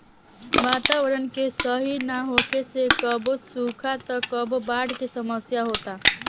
वातावरण के सही ना होखे से कबो सुखा त कबो बाढ़ के समस्या होता